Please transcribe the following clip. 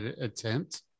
attempt